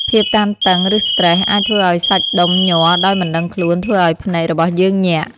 ភាពតានតឹង ឬស្ត្រេស អាចធ្វើឱ្យសាច់ដុំញ័រដោយមិនដឹងខ្លួនធ្វើអោយភ្នែករបស់យើងញាក់។